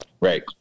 Right